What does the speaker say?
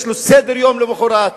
יש לו סדר-יום למחרת,